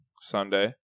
sunday